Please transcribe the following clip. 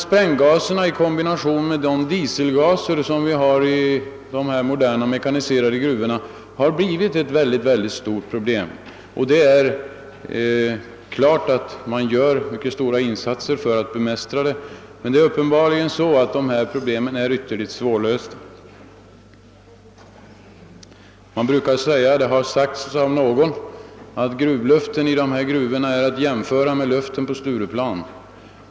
Spränggaserna i kombination med dieselgaserna i de moderna mekaniserade gruvorna har blivit ett stort problem. Naturligtvis gör man stora insatser för att bemästra det, men uppenbarligen är problemet ytterligt svårlöst. Det har sagts att gruvluften i de här gruvorna kan jämföras med luften på Stureplan.